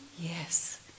Yes